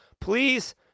please